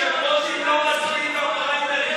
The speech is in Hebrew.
לא מספיק לפריימריז,